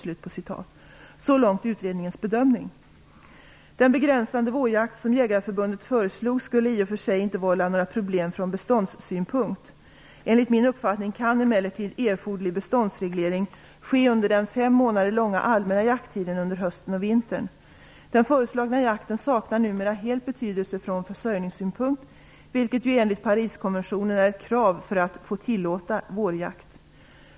Så långt utredningens bedömning. Den begränsade vårjakt som Jägareförbundet föreslog skulle i och för sig inte vålla några problem från beståndssynpunkt. Enligt min uppfattning kan emellertid erforderlig beståndsreglering ske under den fem månader långa allmänna jakttiden under hösten och vintern. Den föreslagna jakten saknar numera helt betydelse från försörjningssynpunkt, vilket ju enligt Pariskonventionen är ett krav för att få tillåta vårjakt.